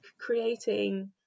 creating